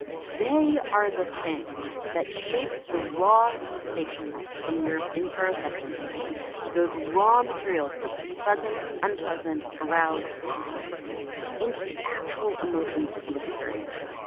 they are the things that shape the raw sensations from your interoception thingy those raw materials of pleasant, unpleasant, aroused, calm into the actual emotions that you experience.